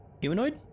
Humanoid